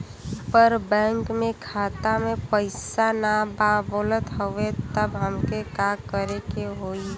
पर बैंक मे खाता मे पयीसा ना बा बोलत हउँव तब हमके का करे के होहीं?